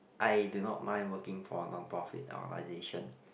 I do not mind working for a non profit organization